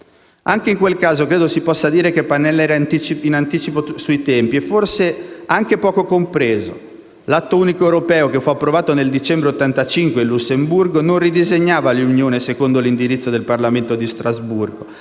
Anche in quel caso, credo si possa dire che Pannella era in anticipo sui tempi, e forse anche poco compreso: l'Atto unico europeo, che fu approvato nel dicembre del 1985, in Lussemburgo, non ridisegnava l'Unione secondo l'indirizzo del Parlamento di Strasburgo,